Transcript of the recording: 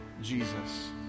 Jesus